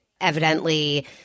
evidently